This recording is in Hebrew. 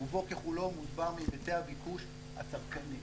רובו ככולו מוסבר מהיצעי הביקוש הצרכני.